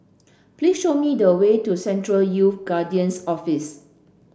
please show me the way to Central Youth Guidance Office